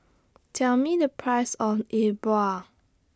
Tell Me The Price of E Bua